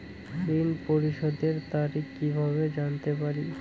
ঋণ পরিশোধের তারিখ কিভাবে জানতে পারি?